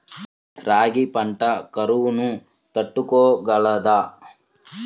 రాగి పంట కరువును తట్టుకోగలదా?